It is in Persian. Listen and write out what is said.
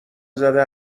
زده